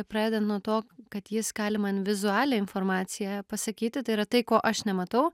pradedant nuo to kad jis gali man vizualią informaciją pasakyti tai yra tai ko aš nematau